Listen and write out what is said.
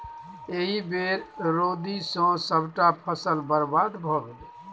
एहि बेर रौदी सँ सभटा फसल बरबाद भए गेलै